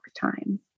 time